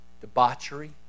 debauchery